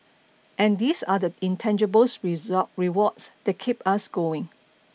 and these are the intangible rewards that keep us going